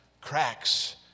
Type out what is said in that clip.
cracks